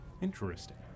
Interesting